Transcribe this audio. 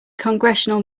congressional